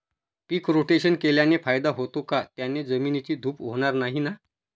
पीक rotation केल्याने फायदा होतो का? त्याने जमिनीची धूप होणार नाही ना?